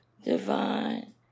Divine